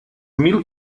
mil